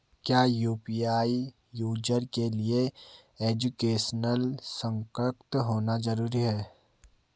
क्या UPI user के लिए एजुकेशनल सशक्त होना जरूरी है?